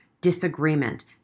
disagreement